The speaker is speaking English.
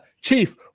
chief